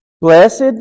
Blessed